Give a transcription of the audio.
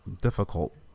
difficult